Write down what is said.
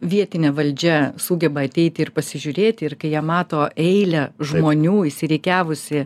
vietinė valdžia sugeba ateiti ir pasižiūrėti ir kai jie mato eilę žmonių išsirikiavusi